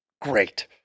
great